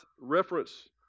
reference